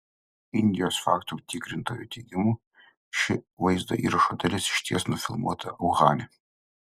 indijos faktų tikrintojų teigimu ši vaizdo įrašo dalis išties nufilmuota uhane